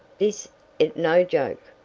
this it no joke!